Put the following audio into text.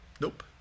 Nope